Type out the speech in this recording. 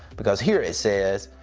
because here it says,